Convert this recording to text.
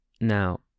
Now